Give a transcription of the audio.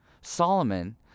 Solomon